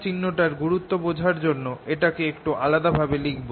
চিহ্নটার গুরুত্ব বোঝার জন্য এটাকে একটু আলাদা ভাবে লিখব